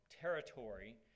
territory